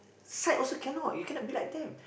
side also cannot you cannot be like them